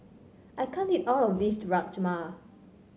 I can't eat all of this Rajma